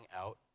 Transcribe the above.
out